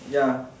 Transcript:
ya